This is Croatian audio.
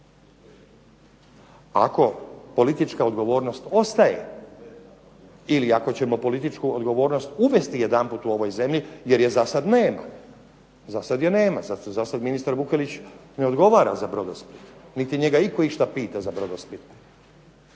Ako politička odgovornost ostaje ili ako ćemo političku odgovornost uvesti jedanput u ovoj zemlji, jer je zasad nema, zasad je nema, zasad ministar Vukelić ne odgovara za "Brodosplit", niti njega itko išta pita za "Brodosplit"